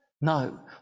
No